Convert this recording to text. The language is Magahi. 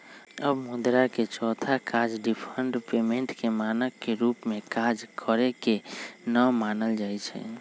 अब मुद्रा के चौथा काज डिफर्ड पेमेंट के मानक के रूप में काज करेके न मानल जाइ छइ